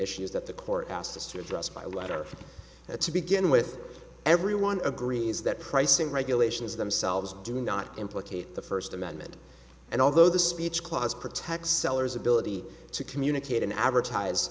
issues that the court asked us to address by letter to begin with everyone agrees that pricing regulations themselves do not implicate the first amendment and although the speech clause protects sellers ability to communicate and advertise